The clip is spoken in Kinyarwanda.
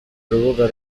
urubuga